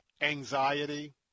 Anxiety